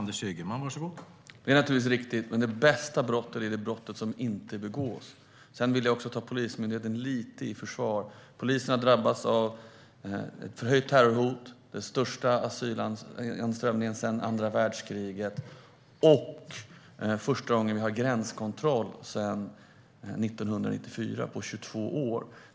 Herr talman! Det är naturligtvis riktigt, men det bästa brottet är det brott som inte begås. Jag vill ta Polismyndigheten lite i försvar. Polisen har drabbats av förhöjt terrorhot, den största asylinströmningen sedan andra världskriget och gränskontroll för första gången sedan 1994, alltså för första gången på 22 år.